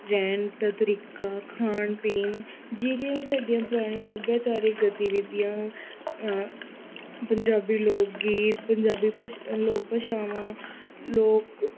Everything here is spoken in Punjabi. ਰਹਿਣ ਦਾ ਤਰੀਕਾ ਖਾਣ ਪੀਣ ਜਿਹੜੀਆਂ ਸਾਡੀਆਂ ਪੁਰਾਣੀ ਸੱਭਿਆਚਾਰਕ ਗਤੀਵਿਧੀਆਂ ਪੰਜਾਬੀ ਲੋਕ ਗੀਤ ਪੰਜਾਬੀ ਭਸ਼ ਲੋਕ ਭਾਸ਼ਾਵਾਂ ਲੋਕ